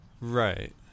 Right